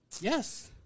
Yes